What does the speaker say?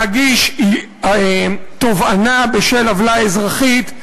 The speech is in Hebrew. להגיש תובענה בשל עוולה אזרחית,